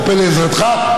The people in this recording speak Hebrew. מצפה לעזרתך,